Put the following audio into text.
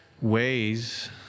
ways